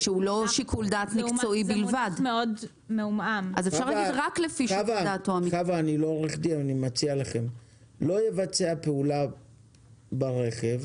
אני לא עורך דין אבל אני מציע לכם: "לא יבצע פעולה ברכב